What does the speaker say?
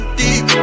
deep